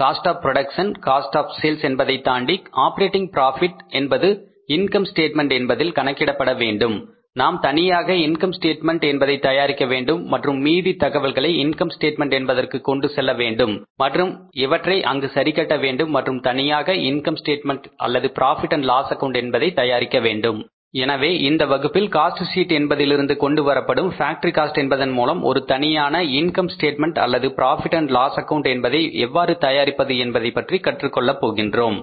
cost of production cost of sales என்பதைத் தாண்டி operating profit என்பது இன்கம் ஸ்டேட்மெண்ட் என்பதில் கணக்கிடப்பட வேண்டும் நாம் தனியாக இன்கம் ஸ்டேட்மெண்ட் என்பதை தயாரிக்க வேண்டும் மற்றும் மீதி தகவல்களை இன்கம் ஸ்டேட்மெண்ட் என்பதற்கு கொண்டு செல்ல வேண்டும் மற்றும் இவற்றை அங்கு சரிகட்ட வேண்டும் மற்றும் தனியான இன்கம் ஸ்டேட்மெண்ட் அல்லது profit and loss account Profit Loss Account என்பதை தயாரிக்க வேண்டும் எனவே இந்த வகுப்பில் காஸ்ட் ஷீட் என்பதிலிருந்து கொண்டுவரப்படும் ஃபேக்டரி காஸ்ட் என்பதன் மூலம் ஒரு தனியான இன்கம் ஸ்டேட்மென்ட் அல்லது profit and loss account Profit Loss Account என்பதை எவ்வாறு தயாரிப்பது என்பதை பற்றி கற்றுக் கொள்ளப் போகின்றோம்